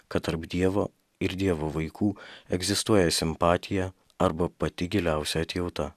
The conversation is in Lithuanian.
kad tarp dievo ir dievo vaikų egzistuoja simpatija arba pati giliausia atjauta